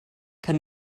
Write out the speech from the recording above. kann